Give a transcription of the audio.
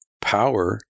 power